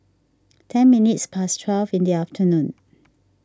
ten minutes past twelve in the afternoon